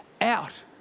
out